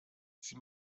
sie